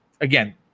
again